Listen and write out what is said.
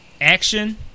action